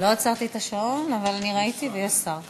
לא עצרתי את השעון, אבל אני ראיתי ויש שר.